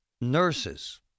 Nurses